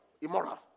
immoral